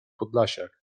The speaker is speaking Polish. podlasiak